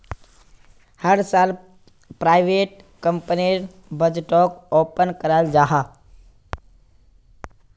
हर साल प्राइवेट कंपनीर बजटोक ओपन कराल जाहा